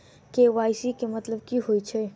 KYC केँ मतलब की होइ छै?